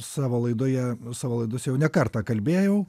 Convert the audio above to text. savo laidoje savo laidose jau ne kartą kalbėjau